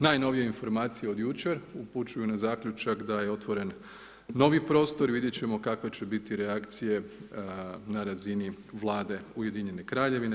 Najnovije informacije od jučer upućuju na zaključak da je otvoren novi prostor i vidjeti ćemo kakve će biti reakcije na razini vlade Ujedinjene Kraljevine.